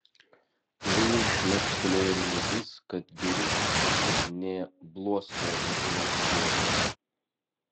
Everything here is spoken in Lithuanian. vilui šmėkštelėjo mintis kad vyriškis turbūt nė bluosto nebuvo sudėjęs